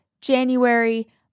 January